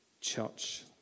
church